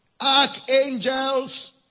archangels